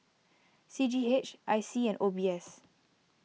C G H I C and O B S